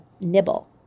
nibble